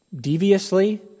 deviously